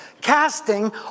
Casting